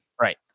right